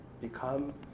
become